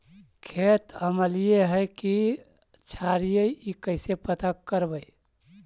खेत अमलिए है कि क्षारिए इ कैसे पता करबै?